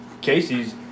Casey's